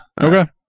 Okay